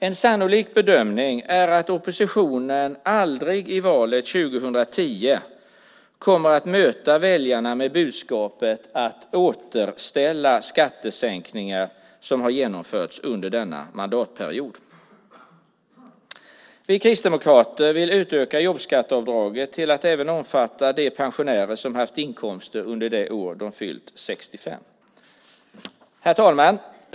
En sannolik bedömning är att oppositionen i valet 2010 aldrig kommer att möta väljarna med budskapet att återställa skattesänkningar som har genomförts under denna mandatperiod. Vi kristdemokrater vill utöka jobbskatteavdraget till att även omfatta de pensionärer som har haft inkomster under det år de fyllt 65 år. Herr talman!